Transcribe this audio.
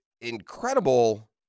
incredible